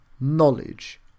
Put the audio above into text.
knowledge